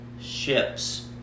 ships